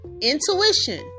Intuition